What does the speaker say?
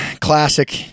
classic